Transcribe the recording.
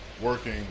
working